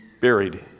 buried